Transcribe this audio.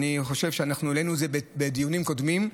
ואנחנו העלינו את זה בדיונים קודמים,